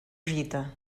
gita